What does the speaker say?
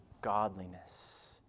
godliness